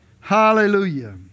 hallelujah